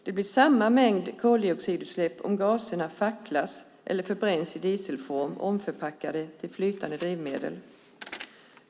Det blir samma mängd koldioxidutsläpp om gaserna facklas eller förbränns i dieselfordon omförpackade till flytande drivmedel.